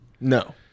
No